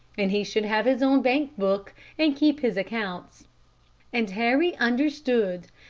and he should have his own bank book and keep his accounts and harry understood,